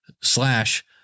slash